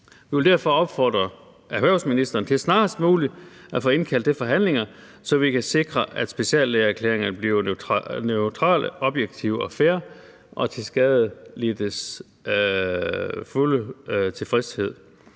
Vi vil derfor opfordre erhvervsministeren til snarest muligt at få indkaldt til forhandlinger, så vi kan sikre, at speciallægeerklæringer bliver neutrale, objektive og fair og til skadelidtes fulde tilfredshed.